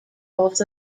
north